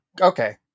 okay